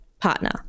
partner